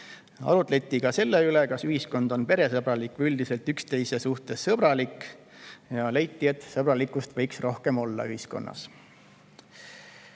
Arutleti ka selle üle, kas ühiskond on peresõbralik või üldiselt üksteise suhtes sõbralik, ja leiti, et sõbralikkust võiks rohkem olla ühiskonnas.